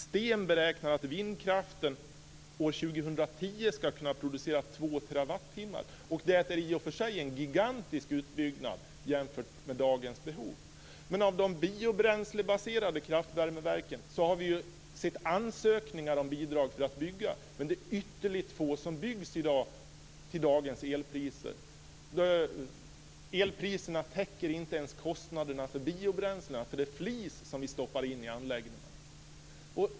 STEM beräknar att vindkraften år 2010 ska kunna producera två terawattimmar, och det är i och för sig en gigantisk utbyggnad jämfört med dagens behov. Vi har visserligen sett ansökningar om bidrag för att bygga biobränslebaserade kraftvärmeverk, men det är ytterligt få som faktiskt byggs till dagens elpriser. Elpriserna täcker inte ens kostnaderna för biobränslena, alltså för den flis som vi stoppar in i anläggningarna.